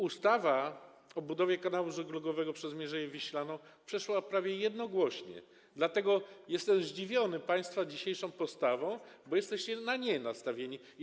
Ustawa o budowie kanału żeglugowego przez Mierzeję Wiślaną przeszła prawie jednogłośnie, dlatego jestem zdziwiony państwa dzisiejszą postawą, bo jesteście nastawieni na nie.